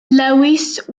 lewis